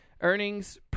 earnings